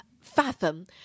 fathom